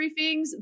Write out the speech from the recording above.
briefings